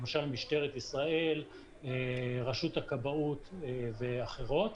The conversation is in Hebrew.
למשל: משטרת ישראל, רשות הכבאות ואחרות.